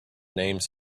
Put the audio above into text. names